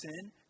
sin